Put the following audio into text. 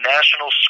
National